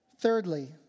Thirdly